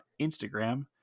Instagram